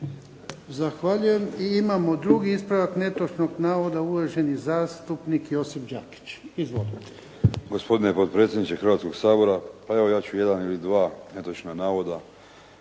Zahvaljujem. I imamo drugi ispravak netočnog navoda, uvaženi zastupnik Josip Đakić.